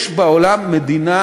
יש בעולם מדינה